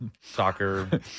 soccer